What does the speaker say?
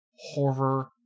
horror